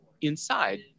Inside